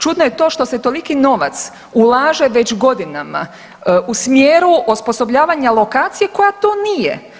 Čudno je to što se toliki novac ulaže već godinama u smjeru osposobljavanja lokacije koja to nije.